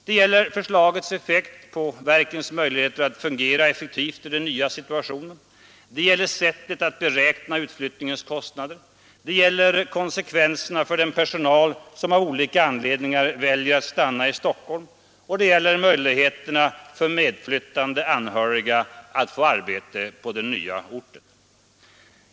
Det gäller förslagets effekt på verkens möjligheter att fungera effektivt i den nya situationen, det gäller sättet att beräkna utflyttningskostnaderna, det gäller konsekvenserna för den personal som av olika anledningar väljer att stanna i Stockholm och det gäller möjligheterna för medflyttande anhöriga att få arbete på den nya orten.